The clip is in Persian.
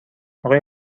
آقای